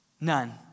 none